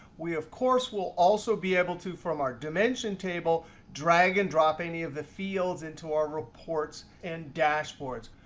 we of course will also be able to, from our dimension table, drag and drop any of the fields into our reports and dashboards.